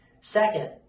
Second